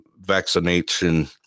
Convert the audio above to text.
vaccination